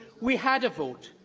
we had a vote.